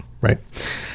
right